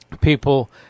people